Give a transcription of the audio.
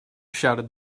shouted